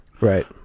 Right